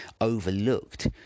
overlooked